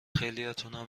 خیلیاتونم